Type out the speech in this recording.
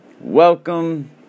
welcome